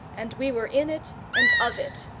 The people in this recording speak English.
and we were in it and of it,